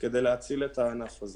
כדי להציל את הענף הזה.